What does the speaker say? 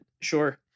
Sure